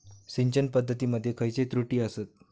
सिंचन पद्धती मध्ये खयचे त्रुटी आसत?